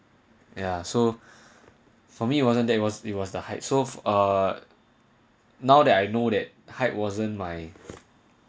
ya so for me it wasn't that it was it was the height so uh now that I know that height wasn't my